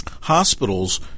Hospitals